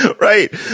Right